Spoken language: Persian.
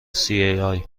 cia